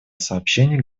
сообщение